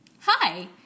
Hi